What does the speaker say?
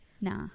Nah